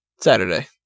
Saturday